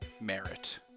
merit